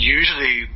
usually